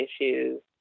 issues